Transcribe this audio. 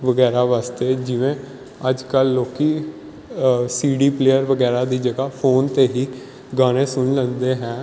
ਵਗੈਰਾ ਵਾਸਤੇ ਜਿਵੇਂ ਅੱਜ ਕੱਲ੍ਹ ਲੋਕ ਸੀਡੀ ਪਲੇਅਰ ਵਗੈਰਾ ਦੀ ਜਗ੍ਹਾ ਫੋਨ 'ਤੇ ਹੀ ਗਾਣੇ ਸੁਣ ਲੈਂਦੇ ਹੈ